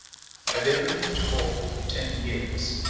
at every interval of ten years,